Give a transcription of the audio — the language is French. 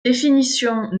définition